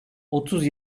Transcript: otuz